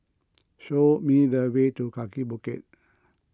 show me the way to Kaki Bukit